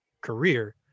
career